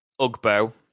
Ugbo